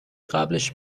قبلش